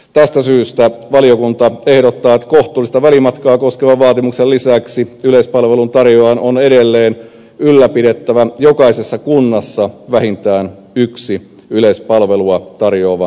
tästä syystä valiokunta ehdottaa että kohtuullista välimatkaa koskevan vaatimuksen lisäksi yleispalvelun tarjoajan on edelleen ylläpidettävä jokaisessa kunnassa vähintään yksi yleispalvelua tarjoava toimipiste